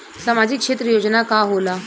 सामाजिक क्षेत्र योजना का होला?